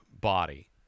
body